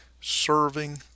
serving